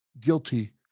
guilty